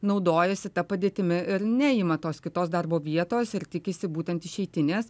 naudojasi ta padėtimi ir neima tos kitos darbo vietos ir tikisi būtent išeitinės